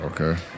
Okay